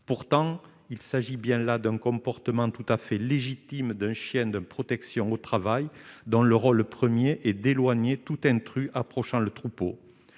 pourtant, il s'agit bien là d'un comportement tout à fait légitime d'un chien de protection au travail dans l'Euro le 1er et d'éloigner tout intrus approchant le troupeau,